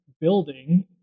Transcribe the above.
building